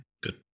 good